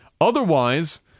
Otherwise